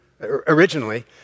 originally